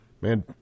Man